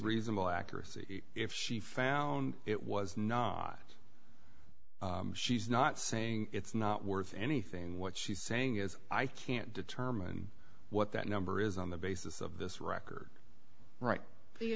reasonable accuracy if she found it was not she's not saying it's not worth anything what she's saying is i can't determine what that number is on the basis of this record right but you're